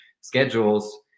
schedules